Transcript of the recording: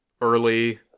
early